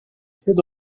cedo